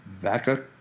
VACA